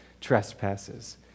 trespasses